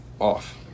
off